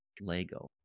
Lego